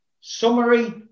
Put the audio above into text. Summary